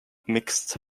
mixed